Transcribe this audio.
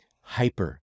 hyper